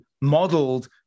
modeled